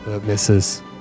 Misses